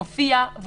מופיע,